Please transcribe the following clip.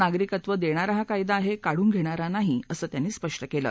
नागरिकत्व देणारा हा कायदा आहे काढून घेणारा नाही असं त्यांनी स्पष्ट केलं